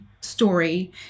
story